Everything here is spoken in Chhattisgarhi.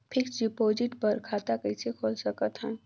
फिक्स्ड डिपॉजिट बर खाता कइसे खोल सकत हन?